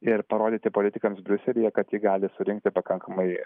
ir parodyti politikams briuselyje kad ji gali surinkti pakankamai